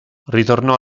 ritornò